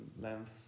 length